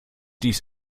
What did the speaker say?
dies